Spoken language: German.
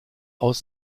aus